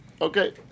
Okay